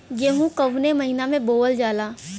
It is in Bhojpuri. गेहूँ कवने महीना में बोवल जाला?